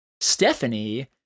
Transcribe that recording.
Stephanie